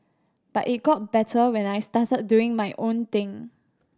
but it got better when I started doing my own thing